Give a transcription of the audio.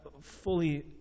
fully